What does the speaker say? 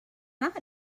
not